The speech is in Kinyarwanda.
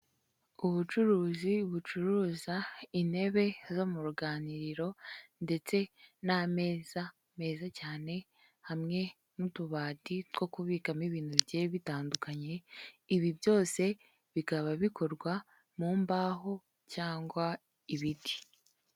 Ubucuruzi bucuruza intebe zo mu ruganiriro ndetse n'ameza meza cyane hamwe n'utubati two kubikamo ibintu bigiye bitandukanye, ibi byose bikaba bikorwa mu mbaho cyangwa ibiti.